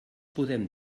podem